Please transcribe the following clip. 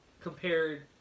compared